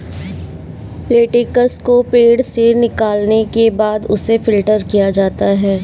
latex को पेड़ से निकालने के बाद उसे फ़िल्टर किया जाता है